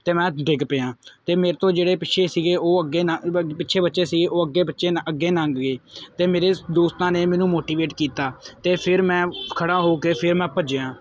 ਅਤੇ ਮੈਂ ਡਿੱਗ ਪਿਆ ਅਤੇ ਮੇਰੇ ਤੋਂ ਜਿਹੜੇ ਪਿੱਛੇ ਸੀਗੇ ਉਹ ਅੱਗੇ ਪਿੱਛੇ ਬੱਚੇ ਸੀ ਉਹ ਅੱਗੇ ਬੱਚੇ ਨ ਅੱਗੇ ਲੰਘ ਗਏ ਅਤੇ ਮੇਰੇ ਦੋਸਤਾਂ ਨੇ ਮੈਨੂੰ ਮੋਟੀਵੇਟ ਕੀਤਾ ਅਤੇ ਫਿਰ ਮੈਂ ਖੜ੍ਹਾ ਹੋ ਕੇ ਫਿਰ ਮੈਂ ਭੱਜਿਆ